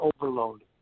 overload